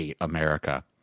America